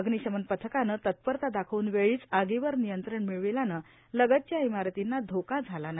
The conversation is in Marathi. अग्निशमन पथकाने तत्परता दाखवून वेळीच आगीवर नियंत्रण मिळविल्याने लगतच्या इमारतींना धोका झाला नाही